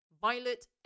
Violet